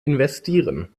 investieren